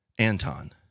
Anton